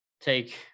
take